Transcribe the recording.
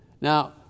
Now